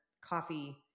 coffee